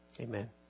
Amen